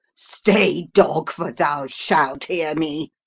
stay, dog, for thou shalt hear me.